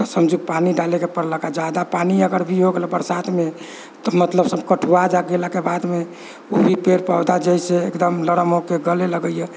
समझु पानि डालैके पड़लक जादा पानि अगर भी हो गेलै बरसातमे तऽ मतलब सभ कठुआ जा गेलाके बादमे वही पेड़ पौधा जे है से लरम होके गलऽ लगैया